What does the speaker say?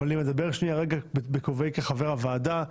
אבל רגע גם בכובעי כחבר הוועדה.